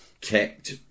kept